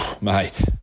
mate